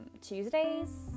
Tuesdays